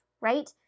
right